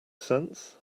sense